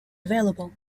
available